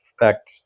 effect